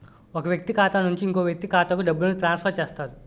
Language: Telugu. ఒక వ్యక్తి ఖాతా నుంచి ఇంకో వ్యక్తి ఖాతాకు డబ్బులను ట్రాన్స్ఫర్ చేస్తారు